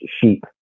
sheep